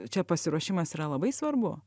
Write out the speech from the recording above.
čia pasiruošimas yra labai svarbu